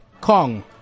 Kong